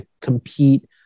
compete